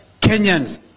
Kenyans